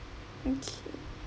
(okay)